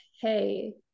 hey